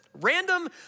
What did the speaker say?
random